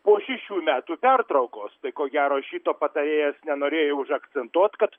po šešių metų pertraukos tai ko gero šito patarėjas nenorėjo užakcentuot kad